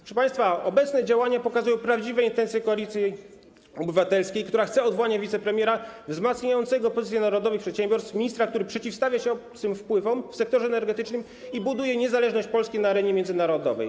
Proszę państwa, obecne działania pokazują prawdziwe intencje Koalicji Obywatelskiej, która chce odwołania wicepremiera wzmacniającego pozycję narodowych przedsiębiorstw, ministra, który przeciwstawia się obcym wpływom w sektorze energetycznym i buduje niezależność Polski na arenie międzynarodowej.